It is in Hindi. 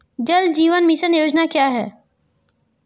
जल जीवन मिशन योजना क्या है?